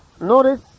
notice